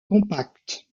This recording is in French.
compact